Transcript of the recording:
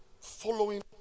following